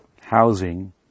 housing